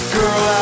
girl